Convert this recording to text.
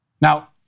Now